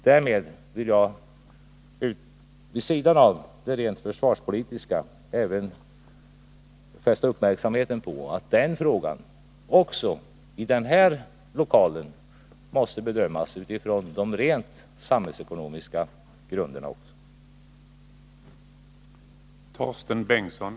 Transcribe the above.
Jag vill därmed, vid sidan av de rent försvarspolitiska frågorna, även fästa uppmärksamheten på att den här frågan också måste bedömas med hänsyn till de samhällsekonomiska aspekterna.